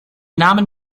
namen